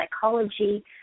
psychology